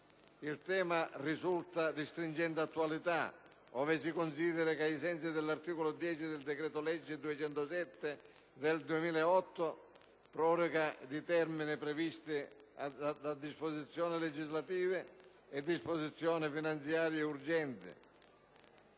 Il tema risulta di stringente attualità ove si consideri che, ai sensi dell'articolo 10 del decreto-legge n. 207 del 2008 (Proroga di termini previsti da disposizioni legislative e disposizioni finanziarie urgenti),